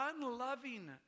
unloving